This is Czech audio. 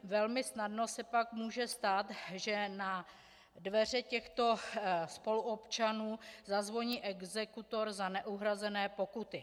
Velmi snadno se pak může stát, že na dveře těchto spoluobčanů zazvoní exekutor za neuhrazené pokuty.